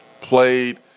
Played